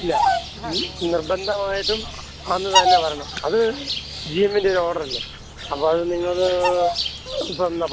ഇല്ല നിർബന്ധമായിട്ടും അന്നു തന്നെ വരണം അത് ജി എമ്മിൻ്റെ ഒരോഡ്രല്ലെ അപ്പോള് അത് നിങ്ങള്